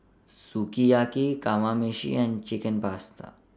Sukiyaki Kamameshi and Chicken Pasta